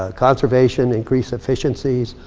ah conservation, increased efficiencies,